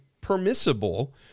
permissible